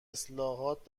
اصلاحات